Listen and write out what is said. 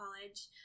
college